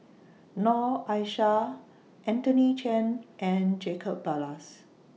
Noor Aishah Anthony Chen and Jacob Ballas